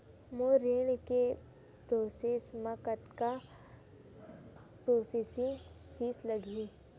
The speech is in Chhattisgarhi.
मोर ऋण के प्रोसेस म कतका प्रोसेसिंग फीस लगही?